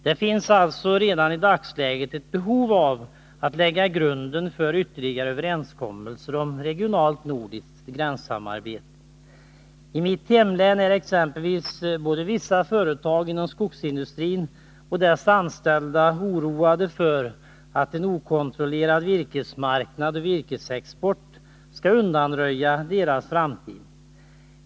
Det finns alltså redan i dagsläget ett behov av att vi lägger grunden för ytterligare överenskommelser om regionalt nordiskt gränssamarbete. I mitt hemlän är t.ex. vissa företag inom skogsindustrin och de anställda där oroade för att en okontrollerad virkesmarknad och virkesexport skall spoliera deras framtid.